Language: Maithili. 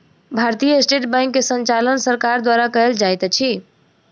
भारतीय स्टेट बैंक के संचालन सरकार द्वारा कयल जाइत अछि